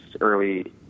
early